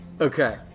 Okay